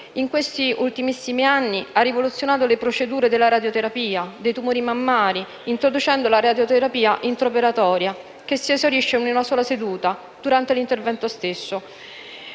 In questi ultimissimi anni ha rivoluzionato le procedure della radioterapia dei tumori mammari, introducendo la radioterapia intraoperatoria, che si esaurisce in una sola seduta, durante l'intervento stesso.